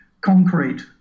concrete